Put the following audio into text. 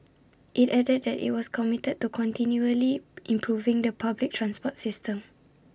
IT added that IT was committed to continually improving the public transport system